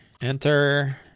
enter